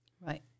Right